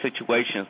situations